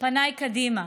פניי קדימה: